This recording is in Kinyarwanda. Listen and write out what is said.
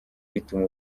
ituma